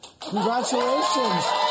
Congratulations